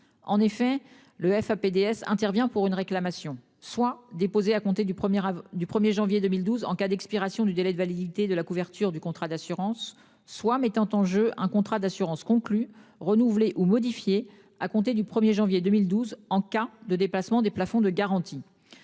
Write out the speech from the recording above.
En effet le FA PDS intervient pour une réclamation soit déposée à compter du premier du 1er janvier 2012, en cas d'expiration du délai de validité de la couverture du contrat d'assurance soit mettant en jeu un contrat d'assurance-conclut renouveler ou modifié à compter du 1er janvier 2012 en cas de dépassement des plafonds de garantie.